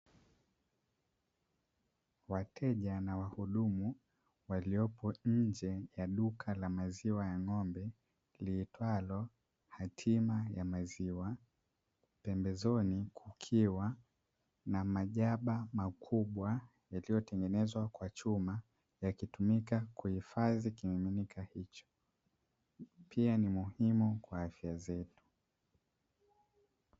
Wateja na wahudumu waliopo nje ya duka la maziwa ya ng'ombe liitwalo hatima ya maziwa. Pembezoni kukiwa na majaba makubwa iliyotengenezwa kwa chuma yakitumika kuhifadi kimiminika hicho. Pia ni muhimu kwa afya zetu.